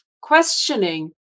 questioning